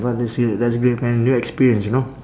but that's great that's great man new experience you know